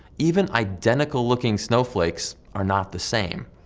even identical looking snowflakes are not the same.